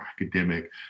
academic